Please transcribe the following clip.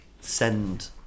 send